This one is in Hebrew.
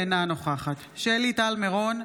אינה נוכחת שלי טל מירון,